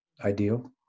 ideal